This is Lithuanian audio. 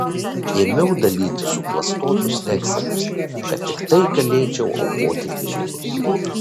ėmiau dalyti suklastotus vekselius kad tiktai galėčiau aukoti pinigus